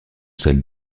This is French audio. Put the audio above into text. celles